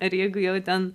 ir jeigu jau ten